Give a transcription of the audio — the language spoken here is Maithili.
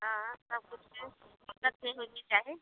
हँ सबकुछ ठीक छै हुज्जत नहि होइके चाही